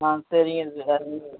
ஆ சரிங்க இருக்குது சார்